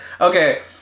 okay